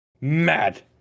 Mad